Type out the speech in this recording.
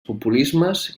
populismes